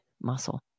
muscle